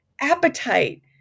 appetite